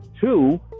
Two